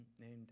named